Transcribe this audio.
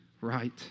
right